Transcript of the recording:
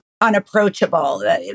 unapproachable